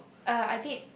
uh I did